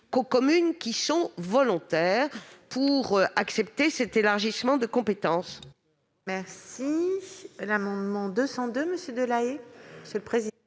qu'aux communes volontaires pour accepter cet élargissement de compétence.